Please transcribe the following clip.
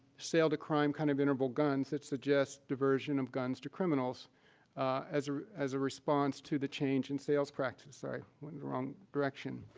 sale-to-crime kind of interval guns that suggest diversion of guns to criminals as as a response to the change in sales practice. sorry, went in the wrong direction.